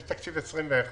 יש תקציב 2021